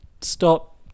stop